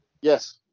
Yes